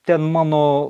ten mano